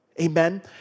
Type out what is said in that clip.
Amen